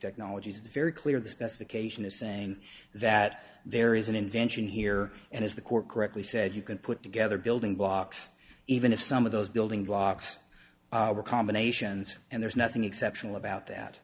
technologies it's very clear the specification is saying that there is an invention here and as the court correctly said you can put together building blocks even if some of those building blocks are combinations and there's nothing exceptional about that